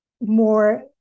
more